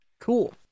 Cool